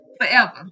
forever